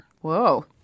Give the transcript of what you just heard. Whoa